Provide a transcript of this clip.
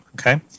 Okay